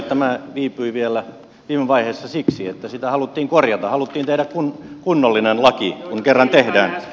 tämä viipyi vielä viime vaiheessa siksi että sitä haluttiin korjata haluttiin tehdä kunnollinen laki kun kerran tehdään